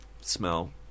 Smell